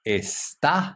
está